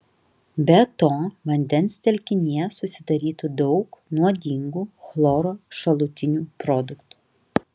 be to vandens telkinyje susidarytų daug nuodingų chloro šalutinių produktų